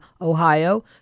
Ohio